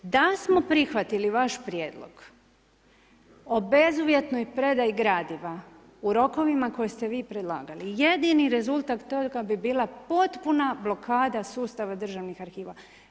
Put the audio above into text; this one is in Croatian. Da smo prihvatili vaš prijedlog o bezuvjetnoj predaji gradiva u rokovima koje ste vi predlagali, jedini rezultat toga bi bila potpuna blokada sustava državnih arhiva.